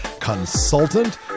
consultant